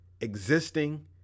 existing